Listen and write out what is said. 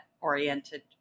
oriented